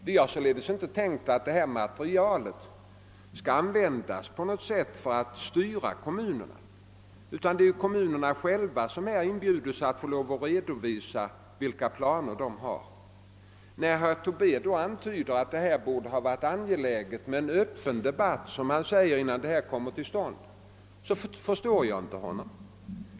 Vi har således inte tänkt att materialet på något sätt skall användas för att styra kommunerna, utan det är kommunerna själva som inbjuds att redovisa vilka planer de har. När herr Tobé antyder att det skulle ha varit angeläget med en öppen debatt, som han säger, innan materialet sammanställs, så förstår jag honom inte.